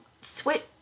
switch